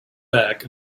back